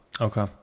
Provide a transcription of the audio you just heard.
okay